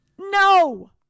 No